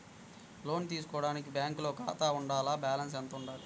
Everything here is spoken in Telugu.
లోను తీసుకోవడానికి బ్యాంకులో ఖాతా ఉండాల? బాలన్స్ ఎంత వుండాలి?